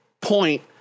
point